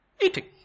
eating